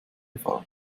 gefallen